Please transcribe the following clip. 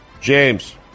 James